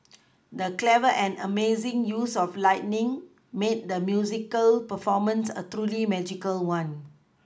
the clever and amazing use of lighting made the musical performance a truly magical one